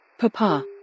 Papa